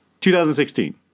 2016